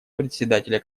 председателя